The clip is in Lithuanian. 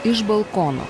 iš balkono